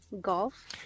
Golf